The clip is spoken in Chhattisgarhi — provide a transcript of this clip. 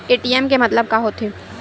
ए.टी.एम के मतलब का होथे?